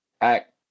Act